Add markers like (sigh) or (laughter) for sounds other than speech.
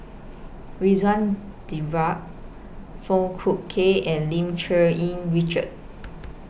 Ridzwan (unintelligible) Foong Fook Kay and Lim Cherng Yih Richard